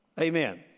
Amen